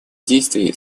действий